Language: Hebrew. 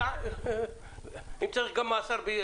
ואם צריך גם מאסר,